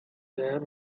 there